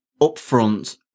upfront